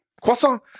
Croissant